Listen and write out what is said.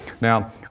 Now